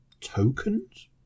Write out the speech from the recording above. Tokens